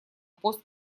пост